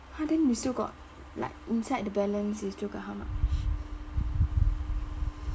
!huh! then you still got like inside the balance you still got how much